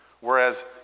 Whereas